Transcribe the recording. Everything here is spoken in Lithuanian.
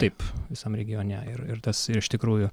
taip visam regione ir ir tas iš tikrųjų